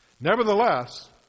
Nevertheless